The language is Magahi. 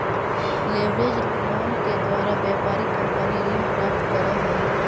लेवरेज लोन के द्वारा व्यापारिक कंपनी ऋण प्राप्त करऽ हई